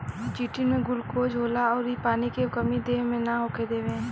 chitin में glucose होला अउर इ पानी के कमी देह मे ना होखे देवे